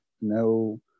no